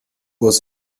was